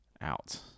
out